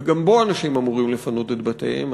וגם בו אנשים אמורים לפנות את בתיהם.